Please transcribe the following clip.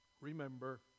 remember